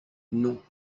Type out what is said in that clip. non